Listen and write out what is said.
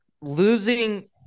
losing